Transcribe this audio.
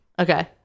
okay